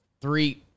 three